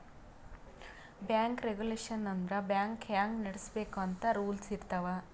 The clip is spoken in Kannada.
ಬ್ಯಾಂಕ್ ರೇಗುಲೇಷನ್ ಅಂದುರ್ ಬ್ಯಾಂಕ್ ಹ್ಯಾಂಗ್ ನಡುಸ್ಬೇಕ್ ಅಂತ್ ರೂಲ್ಸ್ ಇರ್ತಾವ್